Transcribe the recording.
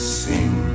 sing